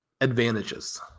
advantages